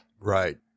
Right